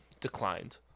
declined